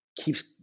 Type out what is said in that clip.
keeps